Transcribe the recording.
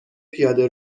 پیاده